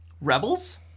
rebels